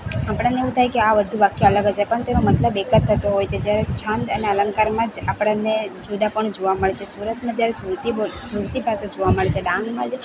આપણાને એવું થાય કે આ વધુ વાક્ય અલગ છે પણ તેનો મતલબ એક જ થતો હોય છે જ્યારે છંદ અને અલંકારમાં જ આપણાને જુદા પણ જોવા મળે છે સુરતમાં જ્યારે ભાષા જોવા મળે છે ડાંગમાં